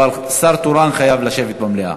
אבל שר תורן חייב לשבת במליאה.